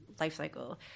lifecycle